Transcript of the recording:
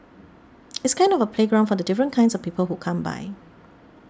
it's kind of a playground for the different kinds of people who come by